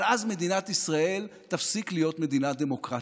אבל אז מדינת ישראל תפסיק להיות מדינה דמוקרטית,